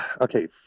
Okay